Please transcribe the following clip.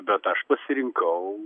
bet aš pasirinkau